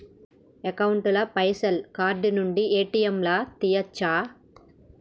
Account ల పైసల్ card నుండి ఏ.టి.ఎమ్ లా తియ్యచ్చా?